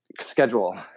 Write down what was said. schedule